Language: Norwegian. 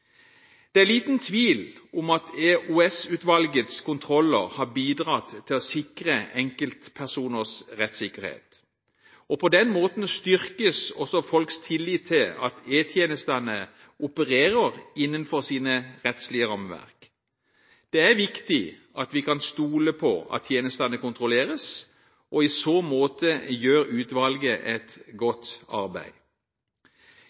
Det er liten tvil om at EOS-utvalgets kontroller har bidratt til å sikre enkeltpersoners rettssikkerhet, og på den måten styrkes også folks tillit til at E-tjenesten opererer innenfor sine rettslige rammeverk. Det er viktig at vi kan stole på at tjenestene kontrolleres, og i så måte gjør utvalget et